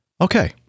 Okay